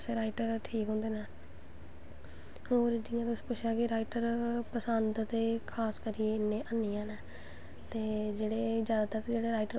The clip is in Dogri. कम्म सिक्खो शैल करो दकान खोल्लो अपनां बिज़नस स्टार्ट करो ते एह् ऐ कि मतलव एह् ऐ कि अज्ज कल दे कपड़ें दा बी कम्म बड़ा ऐ